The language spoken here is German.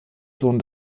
sohn